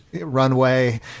runway